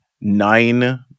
nine